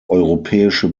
europäische